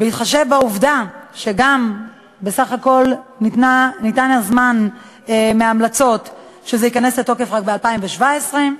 בהתחשב בעובדה שבסך הכול ניתן הזמן מההמלצות שזה ייכנס לתוקף רק ב-2017,